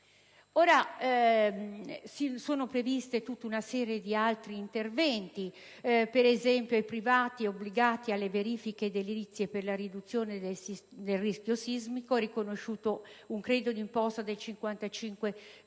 Ma è prevista tutta una serie di altri interventi. Per esempio, ai privati obbligati alle verifiche edilizie per la riduzione del rischio sismico è riconosciuto un credito d'imposta del 55